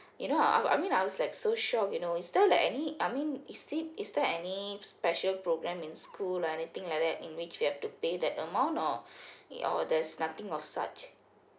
you know I I mean I was like so shocked you know is there like any I mean is it is there any special program in school like anything like that in which you have to pay that amount or it or there's nothing of such